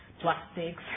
plastics